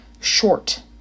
short